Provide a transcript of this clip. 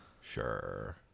sure